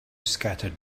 scattered